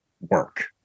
work